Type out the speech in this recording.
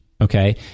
Okay